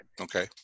Okay